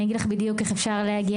אני אגיד לך בדיוק איך אפשר להגיע.